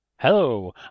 Hello